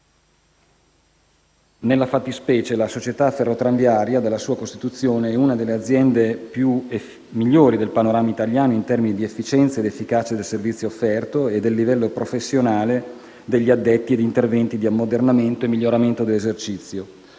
Nella fattispecie, la società Ferrotramviaria è, dalla sua costituzione, una delle aziende migliori del panorama italiano in termini di efficienza ed efficacia del servizio offerto e del livello professionale degli addetti e degli interventi di ammodernamento e miglioramento dell'esercizio.